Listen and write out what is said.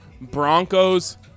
Broncos